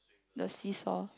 the see-saw